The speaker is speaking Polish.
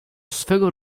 swego